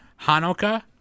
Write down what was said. Hanoka